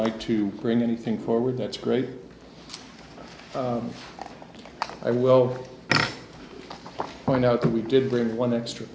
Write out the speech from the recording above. like to bring anything forward that's great i will point out that we did bring one extra